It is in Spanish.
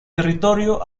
territorio